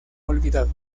olvidado